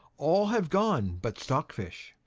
all have gone but stockfish